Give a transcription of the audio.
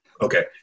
Okay